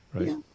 Right